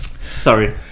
Sorry